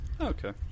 Okay